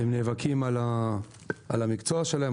הם נאבקים על המקצוע שלהם,